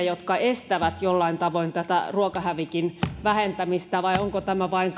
jotka estävät jollain tavoin tätä ruokahävikin vähentämistä vai onko tämä vain